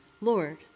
Lord